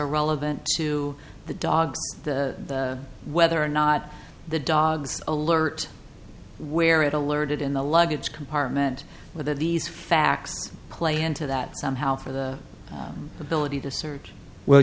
are relevant to the dog whether or not the dogs alert where it alerted in the luggage compartment whether these facts play into that somehow for the ability to search well